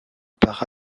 par